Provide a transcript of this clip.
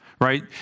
right